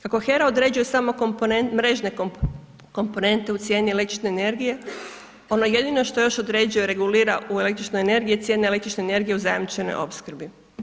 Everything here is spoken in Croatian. Kako HERA određuje samo mrežne komponente u cijeni električne energije, ono jedino što još određuje, regulira u električnoj energiji je cijena električne energije u zajamčenoj opskrbi.